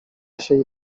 się